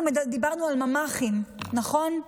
אנחנו דיברנו על ממ"חים, נכון?